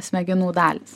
smegenų dalys